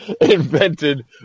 invented